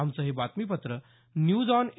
आमचं हे बातमीपत्र न्यूज ऑन ए